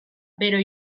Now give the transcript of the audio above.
bero